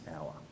hour